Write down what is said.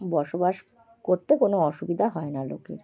বসবাস করতে কোনো অসুবিধা হয় না লোকের